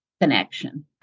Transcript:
connection